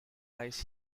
lies